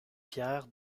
pierre